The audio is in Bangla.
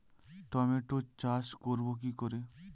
টমেটোর চাষ করব কি করে?